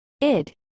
id